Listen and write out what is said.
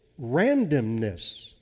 Randomness